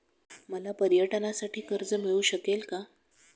मला पर्यटनासाठी कर्ज मिळू शकेल का?